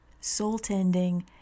soul-tending